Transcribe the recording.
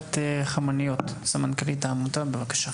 עמותת "חמניות", סמנכ"לית העמותה, בבקשה.